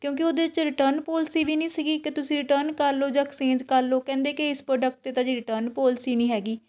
ਕਿਉਂਕਿ ਉਹਦੇ 'ਚ ਰਿਟਰਨ ਪੋਲਿਸੀ ਵੀ ਨਹੀਂ ਸੀਗੀ ਕੀ ਤੁਸੀਂ ਰਿਟਰਨ ਕਰਲੋ ਜਾਂ ਐਕਸਚੇਂਜ ਕਰਲੋ ਕਹਿੰਦੇ ਕਿ ਇਸ ਪ੍ਰੋਡਕਟ 'ਤੇ ਤਾਂ ਜੀ ਰਿਟਰਨ ਪੋਲਿਸੀ ਨਹੀਂ ਹੈਗੀ